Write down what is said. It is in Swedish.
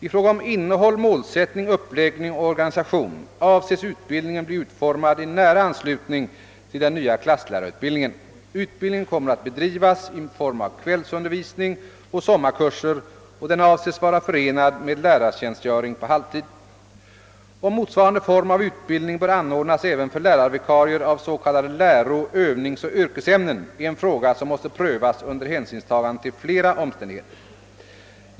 I fråga om innehåll, målsättning, uppläggning och organisation avses utbildningen bli utformad i nära anslutning till den nya klasslärarutbildningen. Utbildningen kommer att bedrivas i form av kvällsundervisning och sommarkurser och den avses vara förenad med lärartjänstgöring på halvtid. Om motsvarande form av utbildning bör anordnas även för lärarvikarier i s.k. läro-, övningsoch yrkesämnen är en fråga som måste prövas under hänsynstagande till flera omständigheter.